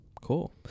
Cool